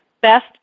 best